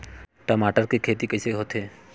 टमाटर के खेती कइसे होथे?